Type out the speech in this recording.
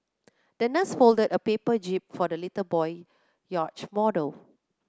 the nurse folded a paper jib for the little boy yacht model